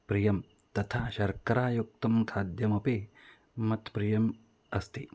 प्रियं तथा शर्करायुक्तं खाद्यमपि मत्प्रियम् अस्ति